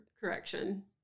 correction